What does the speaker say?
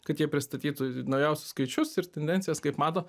kad jie pristatytų naujausius skaičius ir tendencijas kaip mato